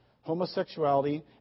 homosexuality